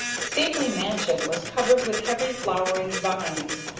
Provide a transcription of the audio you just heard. the stately mansion was covered with heavy flowering vines,